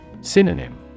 Synonym